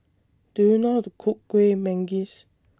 Do YOU know How to Cook Kueh Manggis